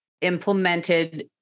implemented